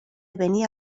venía